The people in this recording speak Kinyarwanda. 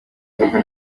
icyaha